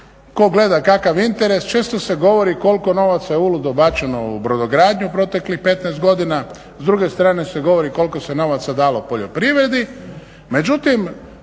tko gleda kakav interes često se govori koliko novaca je uludo bačeno u brodogradnju proteklih 15 godina. S druge strane se govori koliko se novaca dalo poljoprivredi.